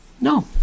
No